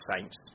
Saints